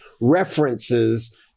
references